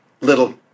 little